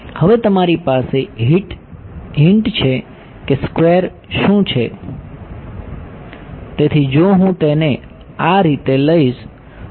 હવે તમારી પાસે હિંટ છે કે સ્કવેર શું છે તેથી જો હું તેને આ રીતે લઈશ તો